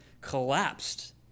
collapsed